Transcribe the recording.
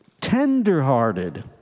tenderhearted